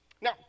now